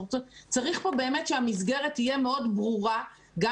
צריך פה באמת שהמסגרת תהיה מאוד ברורה גם